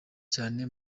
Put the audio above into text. cyane